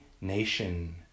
nation